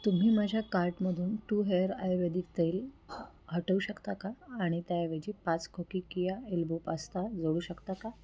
तुम्ही माझ्या कार्टमधून टू हेअर आयुर्वेदिक तेल हटवू शकता का आणि त्याऐवजी पाच खोकी किया एल्बो पास्ता जोडू शकता का